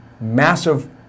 Massive